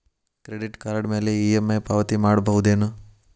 Credit card ಮ್ಯಾಲೆ EMI ಪಾವತಿ ಮಾಡ್ಬಹುದೇನು?